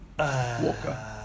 Walker